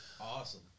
Awesome